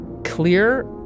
clear